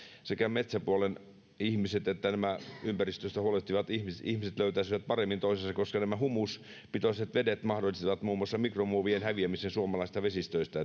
sekä metsäpuolen ihmiset että ympäristöstä huolehtivat ihmiset ihmiset löytäisivät paremmin toisensa koska nämä humuspitoiset vedet mahdollistavat muun muassa mikromuovien häviämisen suomalaisista vesistöistä